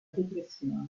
depressione